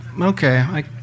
okay